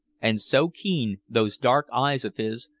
and so keen those dark eyes of his,